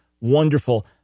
wonderful